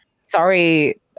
Sorry